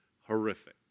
horrific